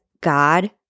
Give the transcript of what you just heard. God